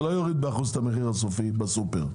זה לא יוריד באחוז את המחיר הסופי בסופר,